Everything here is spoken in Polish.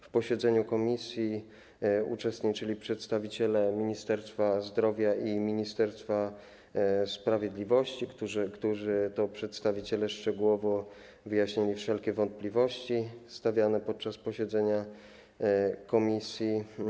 W posiedzeniu komisji uczestniczyli przedstawiciele Ministerstwa Zdrowia i Ministerstwa Sprawiedliwości, którzy to przedstawiciele szczegółowo wyjaśnili wszelkie wątpliwości, które pojawiły się podczas posiedzenia komisji.